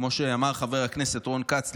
כמו שאמר חבר הכנסת רון כץ,